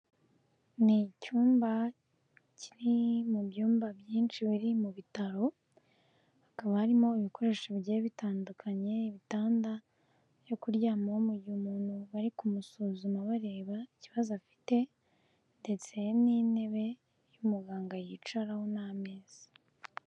Ni icyumba kiri mu byumba byinshi biri mu bitaro, hakaba harimo ibikoresho bigiye bitandukanye: bitanda yo kuryamaho mu gihe umuntu bari kumusuzuma bareba ikibazo afite ndetse n'intebe y'umuganga yicaraho n'ameza.